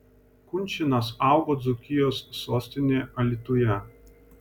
kunčinas augo dzūkijos sostinėje alytuje